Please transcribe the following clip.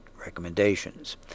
recommendations